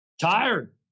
tired